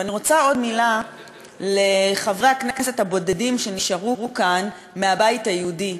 אני רוצה עוד מילה לחברי הכנסת הבודדים שנשארו כאן מהבית היהודי,